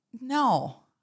No